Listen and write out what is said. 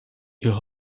your